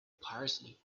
parsley